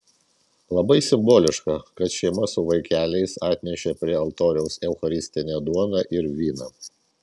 labai simboliška kad šeimos su vaikeliais atnešė prie altoriaus eucharistinę duoną ir vyną